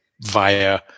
via